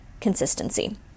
consistency